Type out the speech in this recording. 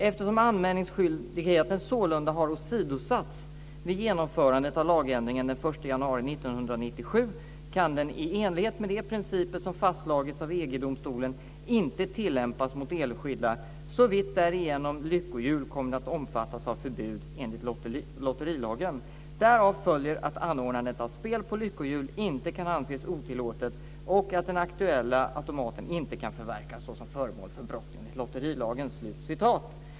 Eftersom anmälningsskyldigheten sålunda har åsidosatts vid genomförandet av lagändringen den 1 januari 1997 kan den, i enlighet med de principer som fastslagits av EG-domstolen, inte tillämpas mot enskilda såvitt därigenom lyckohjul kommit att omfattas av förbud enligt lotterilagen. Därav följer att anordnandet av spel på lyckohjul inte kan anses otillåtet och att den aktuella automaten inte kan förverkas såsom föremål för brott enligt lotterilagen."